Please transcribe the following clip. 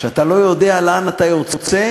חבר הכנסת, מובילה 1:0 על "בית"ר".